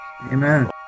Amen